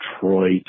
Detroit